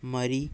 ꯃꯔꯤ